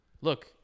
look